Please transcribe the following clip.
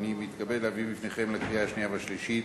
אני מתכבד להביא בפניכם לקריאה השנייה והשלישית,